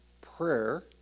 prayer